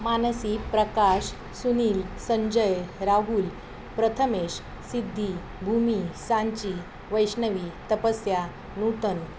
Mansi Prakash Sunil Sanjay Rahul Prathamesh Siddhi Bhumi Sanchi Vaishnavi Tapasya Nutan